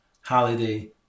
holiday